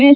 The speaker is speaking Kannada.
ಎಸ್